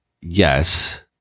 yes